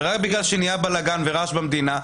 ורק בגלל שנהיה בלגן ורעש במדינה,